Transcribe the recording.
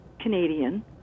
Canadian